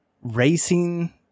racing